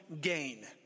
gain